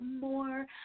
more